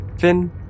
Finn